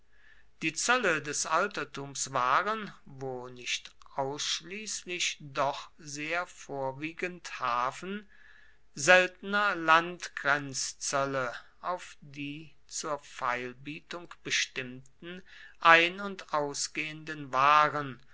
die zölle des altertums waren wo nicht ausschließlich doch sehr vorwiegend hafen seltener landgrenzzölle auf die zur feilbietung bestimmten ein und ausgehenden waren